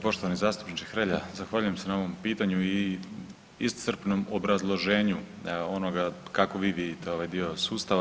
Poštovani zastupniče Hrelja, zahvaljujem se na ovom pitanju i iscrpnom obrazloženju onoga kako vi vidite ovaj dio sustava.